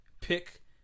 pick